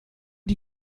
die